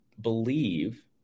believe